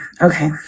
okay